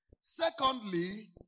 Secondly